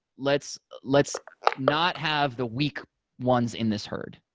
let's let's not have the weak ones in this herd.